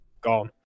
gone